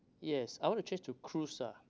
yes I want to change to cruise ah